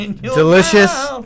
delicious